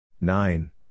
Nine